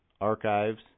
archives